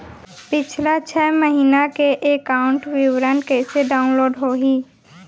पिछला छः महीना के एकाउंट विवरण कइसे डाऊनलोड होही?